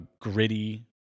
gritty